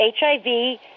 HIV